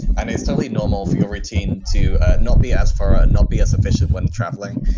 and it's totally normal for your routine to ah not be as far, ah not be as efficient when traveling.